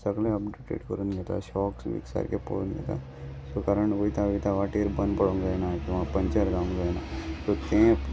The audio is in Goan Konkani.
सगळें अपडुटेट करून घेता शॉक्स बी सारके पळोवन घेता सो कारण वयता वयता वाटेर बंद पळोंक जायना किंवां पंचर जावूंक जायना सो तें